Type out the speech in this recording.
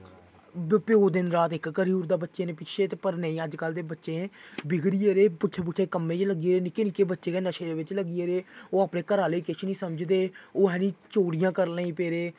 प्यो दिन रात इक करी ओड़दा बच्चें दे पिछें पढ़ने अजकल्ल दे बच्चें बिगड़ी गेदे पुट्ठे पुट्ठे कम्में च लग्गे दे निक्के निक्के बच्चे गै नशे बिच्च लग्गी गेदे ओह् अपने घरा ओह्लें गी किश निं समझदे ओह् चोरियां करन लगी पेदे